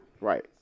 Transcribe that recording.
Right